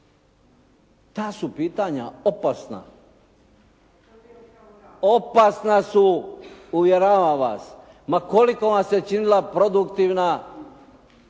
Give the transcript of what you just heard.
Ta su pitanja opasna. Opasna su, uvjeravam vas ma koliko vam se činila produktivna